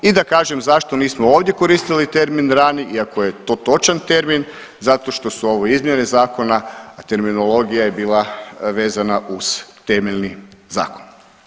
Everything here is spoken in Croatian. I da kažem zašto nismo ovdje koristili termin rani iako je to točan termin, zato što su ovo izmjene zakona, a terminologija je bila vezana uz temeljni zakon.